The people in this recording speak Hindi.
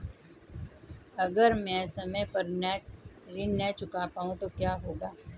अगर म ैं समय पर ऋण न चुका पाउँ तो क्या होगा?